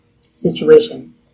situation